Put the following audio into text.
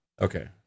Okay